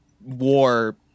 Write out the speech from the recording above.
war